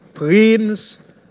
Prince